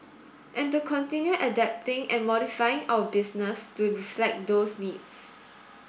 and to continue adapting and modifying our business to reflect those needs